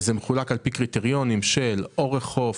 זה מחולק על פי קריטריונים של אורך חוף,